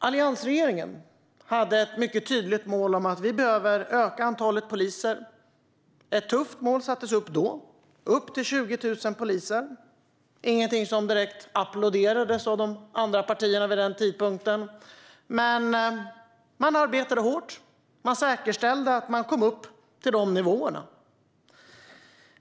Alliansregeringen hade ett mycket tydligt mål om att vi behöver öka antalet poliser. Ett tufft mål sattes då upp med 20 000 poliser. Det var ingenting som direkt applåderades av de andra partierna vid den tidpunkten. Man arbetade hårt och säkerställde att man kom upp till de nivåerna.